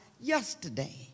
yesterday